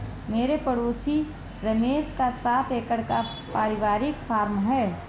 मेरे पड़ोसी रमेश का सात एकड़ का परिवारिक फॉर्म है